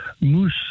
moose